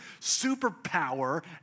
superpower